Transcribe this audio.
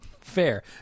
Fair